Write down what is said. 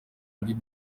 muri